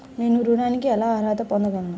నేను ఋణానికి ఎలా అర్హత పొందగలను?